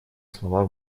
слова